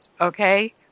Okay